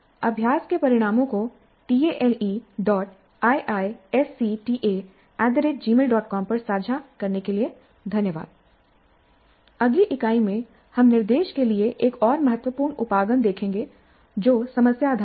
अभ्यास के परिणामों को taleiisctagmailcom पर साझा करने के लिए धन्यवादI अगली इकाई में हम निर्देश के लिए एक और महत्वपूर्ण उपागम देखेंगे जो समस्या आधारित है